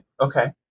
okay